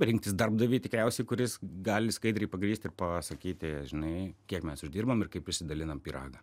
rinktis darbdavį tikriausiai kuris gali skaidriai pagrįsti pasakyti žinai kiek mes uždirbome ir kaip išsidaliname pyragą